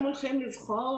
הם רוצים לבחור,